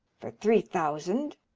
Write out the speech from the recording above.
for three thousand.